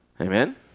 Amen